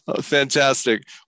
Fantastic